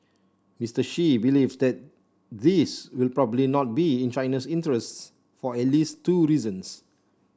Mister Xi believes that this will probably not be in Chinese interests for at least two reasons